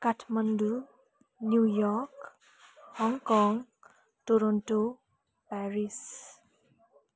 Kathmandu New York Hong Kong Toronto Paris